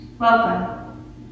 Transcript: Welcome